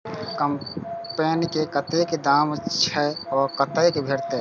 कम्पेन के कतेक दाम छै आ कतय भेटत?